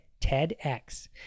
tedx